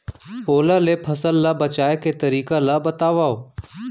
ओला ले फसल ला बचाए के तरीका ला बतावव?